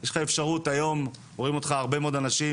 יש לך אפשרות היום, רואים אותך הרבה מאוד אנשים,